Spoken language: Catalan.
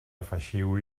afegiu